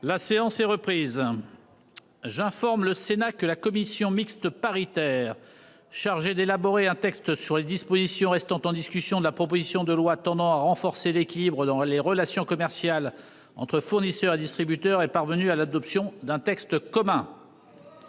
La séance est reprise. J'informe le Sénat que la commission mixte paritaire chargée d'élaborer un texte sur les dispositions restant en discussion de la proposition de loi tendant à renforcer l'équilibre dans les relations commerciales entre fournisseurs et distributeurs est parvenu à l'adoption d'un texte commun.